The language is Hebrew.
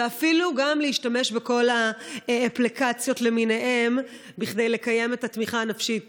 ואפילו להשתמש בכל האפליקציות למיניהן כדי לקיים את התמיכה הנפשית,